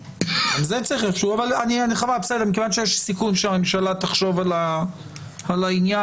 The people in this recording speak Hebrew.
מכיוון שיש סיכום שהממשלה תחשוב על העניין